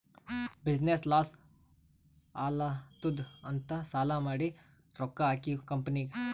business loss ಆಲಾತ್ತುದ್ ಅಂತ್ ಸಾಲಾ ಮಾಡಿ ರೊಕ್ಕಾ ಹಾಕಿವ್ ಕಂಪನಿನಾಗ್